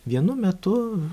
vienu metu